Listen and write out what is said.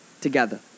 together